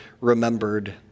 remembered